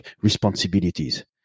responsibilities